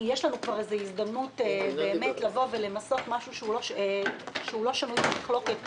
אם יש לנו כבר הזדמנות באמת לבוא ולמסות משהו שהוא לא שנוי במחלוקת,